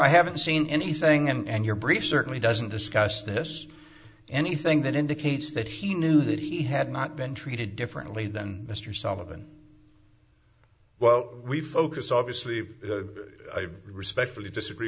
i haven't seen anything and your brief certainly doesn't discuss this anything that indicates that he knew that he had not been treated differently than mr sullivan well we focus officer i respectfully disagree